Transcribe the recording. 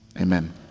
Amen